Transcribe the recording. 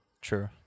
True